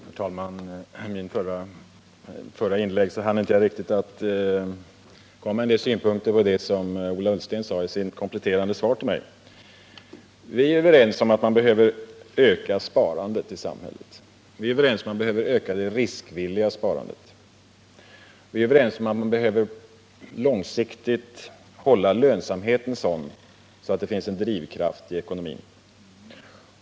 Herr talman! I mitt förra inlägg hann jag inte med att framföra några synpunkter på det som Ola Ullsten sade i sitt kompletterande svar till mig. Vi är överens om att man behöver öka sparandet i samhället. Vi är överens om att man behöver öka det riskvilliga sparandet. Vi är överens om att man behöver långsiktigt hålla en sådan lönsamhet att det finns en drivkraft i ekonomin.